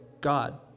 God